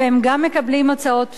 גם מקבלים הוצאות פטורות,